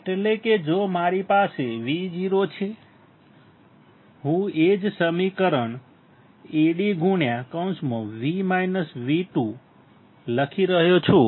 એટલે કે જો મારી પાસે Vo છે હું એ જ સમીકરણ Ad લખી રહ્યો છું